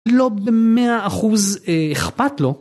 לא במאה אחוז אכפת לו.